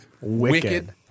Wicked